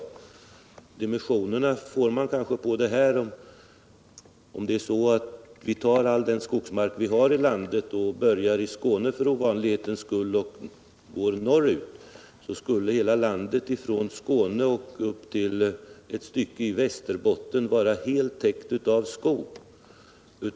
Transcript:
Man kanske får dimensionerna på det hela om man gör följande jämförelse: Om vi lade ut all den skogsmark vi har i landet och började i Skåne för ovanlighetens skull och gick norrut skulle hela landet från Skåne upp till ett stycke i Västerbotten vara helt täckt av skog.